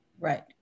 Right